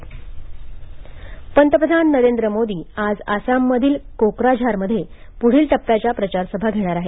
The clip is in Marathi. पंतप्रधान प्रचारसभा पंतप्रधान नरेंद्र मोदी आज आसाममधील कोक्राझारमध्ये पुढील टप्प्याच्या प्रचारसभा घेणार आहेत